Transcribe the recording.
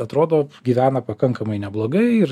atrodo gyvena pakankamai neblogai ir